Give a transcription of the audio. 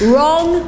Wrong